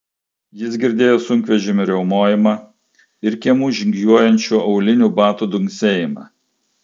jis girdėjo sunkvežimių riaumojimą ir kiemu žygiuojančių aulinių batų dunksėjimą